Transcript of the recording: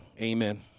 amen